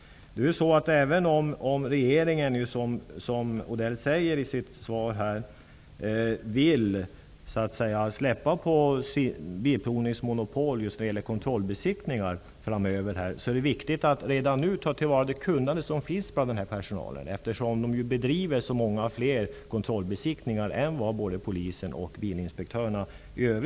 Även om regeringen vill, som Mats Odell säger i sitt svar, släppa bilprovningsmonopolet när det gäller kontrollbesiktningar, är det viktigt att redan nu ta till vara det kunnande som finns hos ASB:s personal. ASB gör ju fler kontrollbesiktningar än vad Polisen och bilinspektörerna gör.